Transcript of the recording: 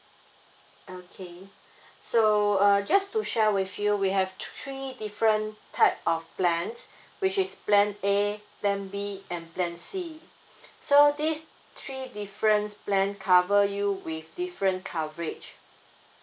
okay so uh just to share with you we have three different type of plans which is plan A then B and plan C so these three different plan cover you with different coverage